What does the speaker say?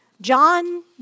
John